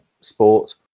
Sports